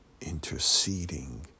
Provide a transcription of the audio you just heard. interceding